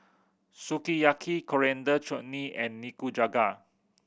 Sukiyaki Coriander Chutney and Nikujaga